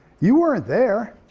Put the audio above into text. you weren't there.